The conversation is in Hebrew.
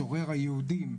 צורר היהודים,